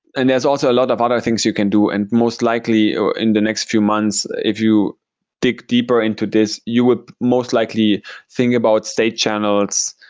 and there's also a lot of other things you can do and most likely in the next few months if you dig deeper into this, you would most likely think about state channels,